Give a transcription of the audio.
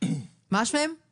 אני